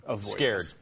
scared